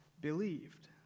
believed